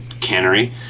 cannery